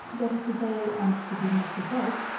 that is to say, and to be more precise,